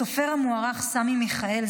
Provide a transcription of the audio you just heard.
הסופר המוערך סמי מיכאל,